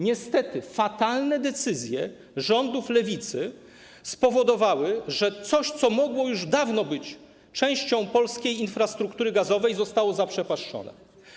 Niestety fatalne decyzje rządów lewicy spowodowały, że coś, co mogło już dawno być częścią polskiej infrastruktury gazowej, zostało zaprzepaszczone.